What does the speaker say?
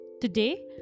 Today